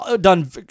done